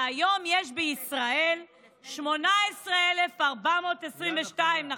והיום יש בישראל 18,422 חולים פעילים,